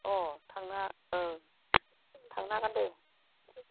अह थांना थांनो हागोन दे